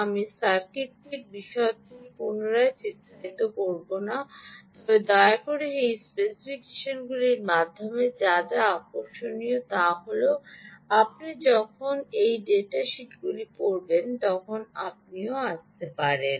আমি সার্কিটটির বিশদটি পুনরায় চিত্রায়িত করব না তবে দয়া করে এই স্পেসিফিকেশনটির মাধ্যমে যা যা আকর্ষণীয় তা হল আপনি যখন এই ডেটা শীটগুলি পড়বেন তখন আপনিও আসতে পারেন